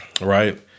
Right